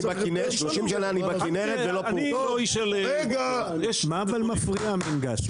אם צריך היתר --- אבל מה מפריע המינגש?